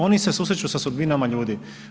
Oni se susreću sa sudbinama ljudi.